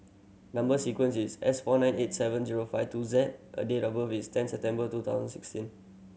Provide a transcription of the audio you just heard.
number sequence is S four nine eight seven zero five two Z and date of birth is ten September two thousand sixteen